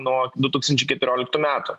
nuo du tūkstančiai keturioliktų metų